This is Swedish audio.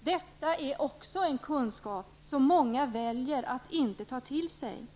Detta är också en sådan kunskap som många väljer att inte ta till sig.